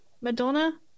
Madonna